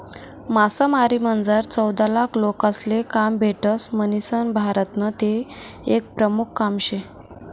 मासामारीमझार चौदालाख लोकेसले काम भेटस म्हणीसन भारतनं ते एक प्रमुख काम शे